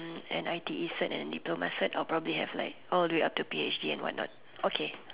and I_T_E cert and diploma cert I'll probably have like all the way up to P_H_D and whatnot okay